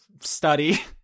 study